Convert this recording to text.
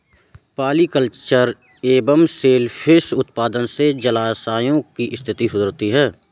polyculture एवं सेल fish उत्पादन से जलाशयों की स्थिति सुधरती है